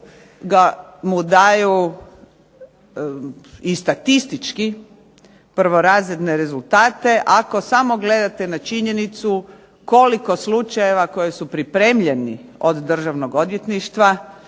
mu daju i statistički prvorazredne rezultate. Ako samo gledate na činjenicu koliko slučajeva koji su pripremljeni od Državnog odvjetništva